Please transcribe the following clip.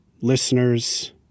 listeners